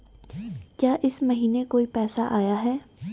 क्या इस महीने कोई पैसा आया है?